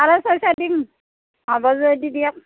চাৰে ছয়শ দিম হ'ব যদি দিয়ক